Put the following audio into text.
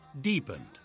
deepened